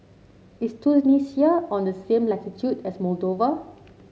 is Tunisia on the same latitude as Moldova